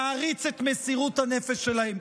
נעריץ את מסירות הנפש שלהם.